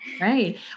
right